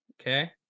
Okay